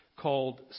called